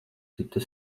cita